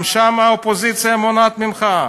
גם שם האופוזיציה מונעת ממך?